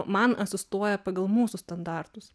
man asistuoja pagal mūsų standartus